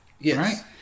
Yes